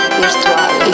virtual